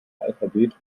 alphabet